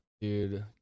dude